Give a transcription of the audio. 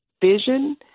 vision